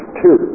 two